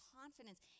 confidence